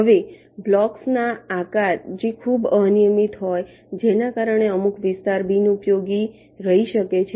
હવે બ્લોકના આકાર જે ખૂબ અનિયમિત હોય જેના કારણે અમુક વિસ્તાર બિનઉપયોગી રહી શકે છે